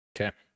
Okay